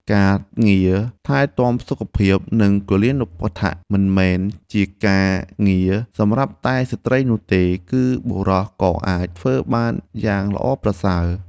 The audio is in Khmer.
ការងារថែទាំសុខភាព និងគិលានុបដ្ឋាកមិនមែនជាការងារសម្រាប់តែស្ត្រីនោះទេ គឺបុរសក៏អាចធ្វើបានយ៉ាងល្អប្រសើរ។